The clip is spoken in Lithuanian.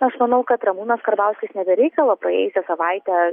aš manau kad ramūnas karbauskis ne be reikalo praėjusią savaitę